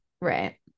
right